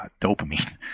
dopamine